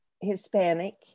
Hispanic